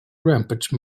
rampage